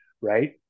right